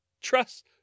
trust